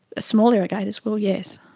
small irrigators will, yes.